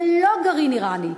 ללא גרעין איראני.